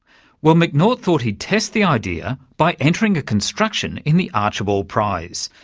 well, mcnaught thought he'd test the idea by entering a construction in the archibald prize,